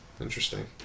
Interesting